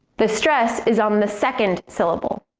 the stress is on the second syllable.